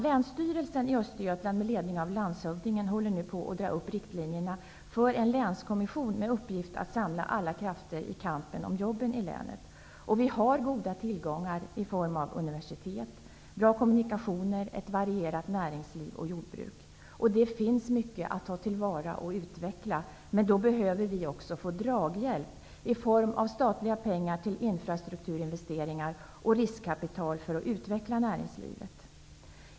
Länsstyrelsen i Östergötland med ledning av landshövdingen håller nu på att dra upp riktlinjerna för en länskommission med uppgift att samla alla krafter i kampen om jobben i länet. Vi har goda tillgångar i form av universitet, bra kommunikationer, ett varierat näringsliv och jordbruk. Det finns mycket att ta tillvara och utveckla, men då behöver vi också få draghjälp i form av statliga pengar till infrastrukturinvesteringar och riskkapital för att utveckla näringslivet.